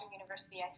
university